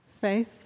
Faith